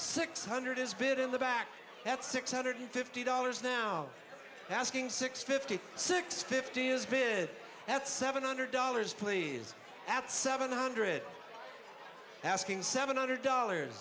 six hundred is bit in the back at six hundred fifty dollars now asking six fifty six fifty is bid at seven hundred dollars please at seven hundred asking seven hundred dollars